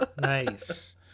Nice